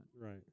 Right